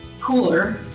cooler